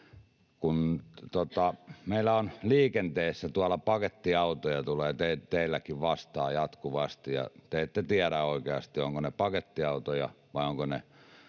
Meillä liikenteessä pakettiautoja tulee teilläkin vastaan jatkuvasti, ja te ette tiedä oikeasti, ovatko ne pakettiautoja vai ovatko ne